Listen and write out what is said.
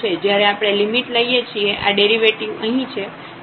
જ્યારે આપણે લિમિટ લઈએ છીએ આ ડેરિવેટિવ અહીં છે